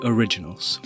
Originals